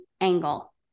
angle